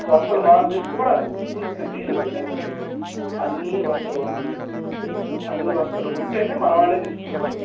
వసతులు బాగా మీరు చూడాలి అండి చూస్తే మీరు అన్ని వసతులు ఉన్నాయి అన్ని వసతులు ఉంటే మన వాళ్లు తీసుకున్నారు